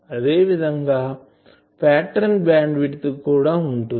అదేవిధం గా pattern bandwidth కూడా ఉంటుంది